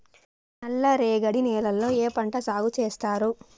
నల్లరేగడి నేలల్లో ఏ పంట సాగు చేస్తారు?